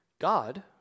God